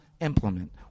implement